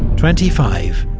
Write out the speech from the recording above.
twenty five.